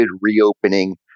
reopening